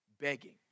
begging